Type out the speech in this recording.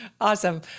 Awesome